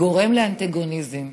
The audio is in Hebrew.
גורם לאנטגוניזם.